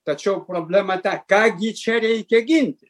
tačiau problema ta ką gi čia reikia ginti